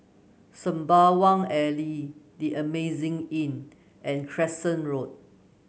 Sembawang Alley The Amazing Inn and Crescent Road